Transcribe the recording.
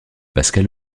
pascal